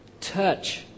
Touch